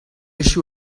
echu